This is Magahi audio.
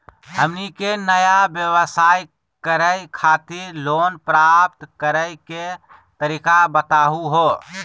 हमनी के नया व्यवसाय करै खातिर लोन प्राप्त करै के तरीका बताहु हो?